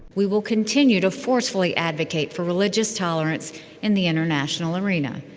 we will continue to forcefully advocate for religious tolerance in the international arena.